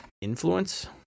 influence